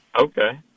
Okay